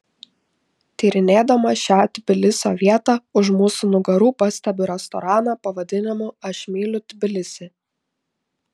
tyrinėdama šią tbilisio vietą už mūsų nugarų pastebiu restoraną pavadinimu aš myliu tbilisį